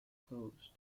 closed